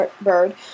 bird